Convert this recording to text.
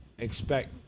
expect